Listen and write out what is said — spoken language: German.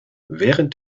während